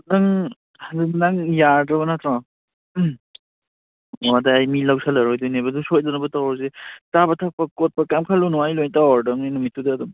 ꯅꯪ ꯅꯪ ꯌꯥꯗ꯭ꯔꯣꯕ ꯅꯠꯇ꯭ꯔꯣ ꯑꯣ ꯑꯗꯨ ꯑꯩ ꯃꯤ ꯂꯧꯁꯜꯂꯔꯣꯏꯗꯣꯏꯅꯦꯕ ꯑꯗꯨ ꯁꯣꯏꯗꯅꯕ ꯇꯧꯔꯁꯤ ꯆꯥꯕ ꯊꯛꯄ ꯈꯣꯠꯄ ꯀꯔꯤꯝ ꯈꯜꯂꯨꯅꯨ ꯑꯩ ꯂꯣꯏ ꯇꯧꯔꯗꯧꯅꯤ ꯅꯃꯤꯠꯇꯨꯗ ꯑꯗꯨꯝ